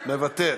מוותר,